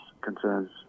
concerns